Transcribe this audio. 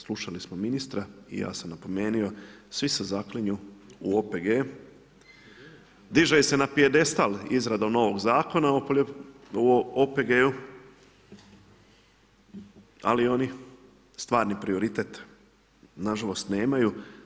Slušali smo ministra i ja sam napomenuo, svi se zaklinju u OPD-e, diže ih se na pijedestal izradom novog Zakona o OPG-u, ali oni stvarni prioritet nažalost nemaju.